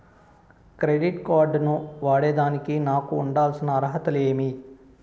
Credit card ను వాడేదానికి నాకు ఉండాల్సిన అర్హతలు ఏమి?